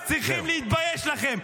אתם צריכים להתבייש לכם.